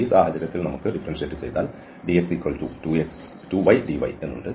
ഈ സാഹചര്യത്തിൽ നമ്മൾക്ക് dx 2ydy ഉണ്ട്